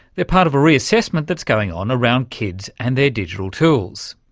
they're part of a reassessment that's going on around kids and their digital tools.